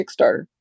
Kickstarter